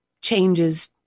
changes